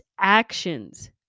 actions